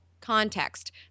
context